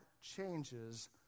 changes